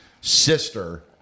sister